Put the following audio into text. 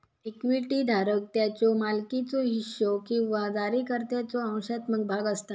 equity धारक त्याच्यो मालकीचो हिस्सो किंवा जारीकर्त्याचो अंशात्मक भाग असता